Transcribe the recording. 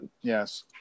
yes